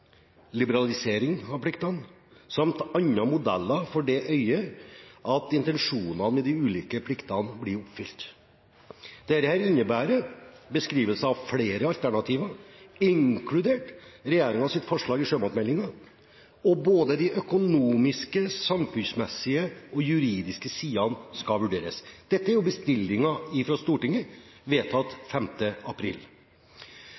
liberalisering av pliktene, samt andre modeller med det for øye at intensjonene med de ulike pliktene blir oppfylt. Dette innebærer beskrivelser av flere alternativer, inkludert regjeringens forslag i sjømatmeldingen, og både de økonomiske, samfunnsmessige og juridiske sidene skal vurderes. Dette er bestillinger fra Stortinget, vedtatt 5. april. I overensstemmelse med det Stortinget